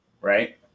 Right